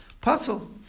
Puzzle